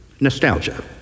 Nostalgia